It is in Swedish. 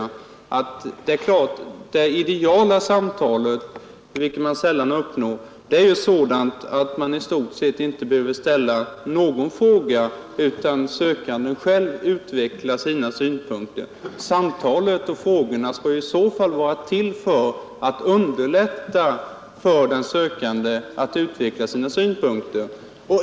Till det vill jag säga att det är klart att det ideala samtalet — vilket man sällan uppnår — är sådant att man i stort sett inte behöver ställa någon fråga, utan sökanden själv utvecklar sina synpunkter.